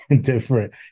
different